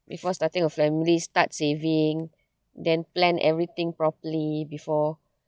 before starting a family start saving then plan everything properly before